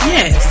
Yes